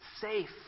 safe